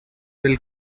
will